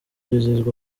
wizihizwa